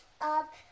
up